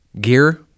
gear